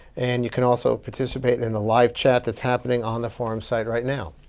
and you can also participate in the live chat that's happening on the forum site right now.